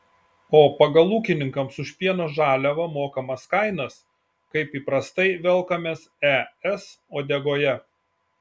o pagal ūkininkams už pieno žaliavą mokamas kainas kaip įprastai velkamės es uodegoje